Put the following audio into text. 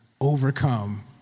overcome